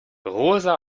rosa